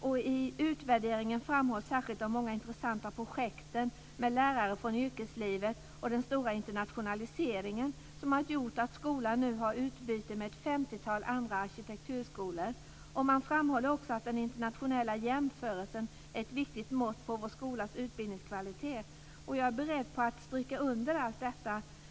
Och i utvärderingen framhålls särskilt de många intressanta projekten med lärare från yrkeslivet och den stora internationaliseringen som har gjort att skolan nu har utbyte med ett femtiotal andra arkitekturskolor. Man framhåller också att den internationella jämförelsen är ett viktigt mått på skolans utbildningskvalitet. Jag är beredd att stryka under allt detta.